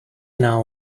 now